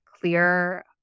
clear